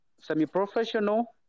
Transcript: semi-professional